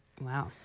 Wow